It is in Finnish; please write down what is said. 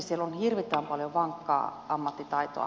siellä on hirvittävän paljon vankkaa ammattitaitoa